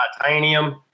titanium